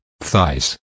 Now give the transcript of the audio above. thighs